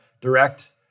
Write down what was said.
direct